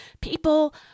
People